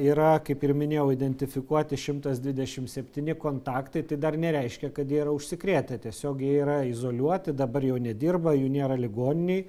yra kaip ir minėjau identifikuoti šimtas dvidešimt septyni kontaktai tai dar nereiškia kad jie yra užsikrėtę tiesiog jie yra izoliuoti dabar jau nedirba jų nėra ligoninėj